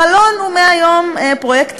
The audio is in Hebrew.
מלון הוא מהיום פרויקט תשתית.